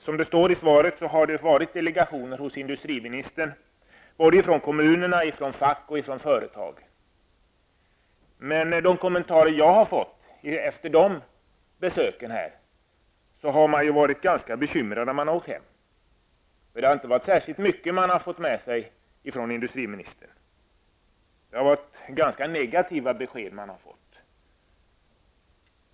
Som det står i svaret har flera delegationer varit hos industriministern från kommunerna, facken och företag. Enligt de kommentarer jag har hört efter dessa besök har man varit bekymrad när man åkt hem. Det har inte varit särskilt mycket man har fått med sig från industriministern. Det har varit ganska negativa besked.